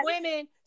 women